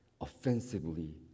offensively